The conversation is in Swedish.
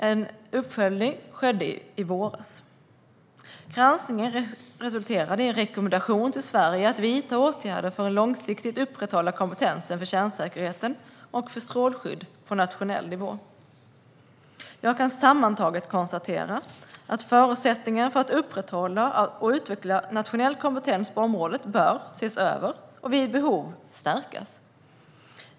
En uppföljning skedde i våras. Granskningen resulterade i en rekommendation till Sverige att vidta åtgärder för att långsiktigt upprätthålla kompetensen för kärnsäkerhet och strålskydd på nationell nivå. Sammantaget kan jag konstatera att förutsättningarna för att upprätthålla och utveckla nationell kompetens på området bör ses över och, vid behov, stärkas.